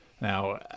Now